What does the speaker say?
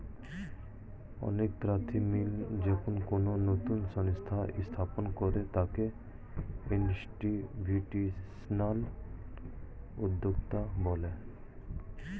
অনেক প্রার্থী মিলে যখন কোনো নতুন সংস্থা স্থাপন করে তাকে ইনস্টিটিউশনাল উদ্যোক্তা বলে